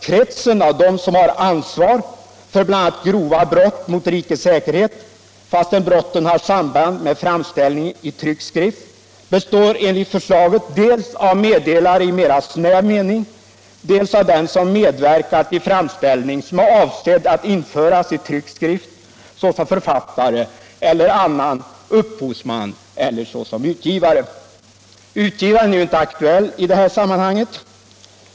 Kretsen av dem som har ansvar för bl.a. grova brott mot rikets säkerhet. fastän brotten har samband med framställning i tryckt skrift, består enligt förslaget dels av meddelare i mera snäv mening, dels av den som medverkat i framställning som är avsedd att införas i tryckt skrift, såsom författare eller annan upphovsman eller såsom utgivare. Utgivaren är ju inte aktuell i detta sammanhang.